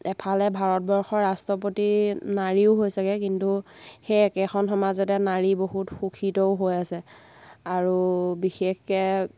এফালে ভাৰতবৰ্ষৰ ৰাষ্ট্ৰপতি নাৰীও হৈছেগৈ কিন্তু সেই একেখন সমাজতে নাৰী বহুত শোষিতও হৈ আছে আৰু বিশেষকৈ